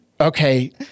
Okay